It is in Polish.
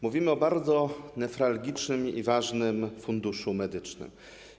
Mówimy o bardzo newralgicznym i ważnym Funduszu Medycznym.